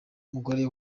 umugore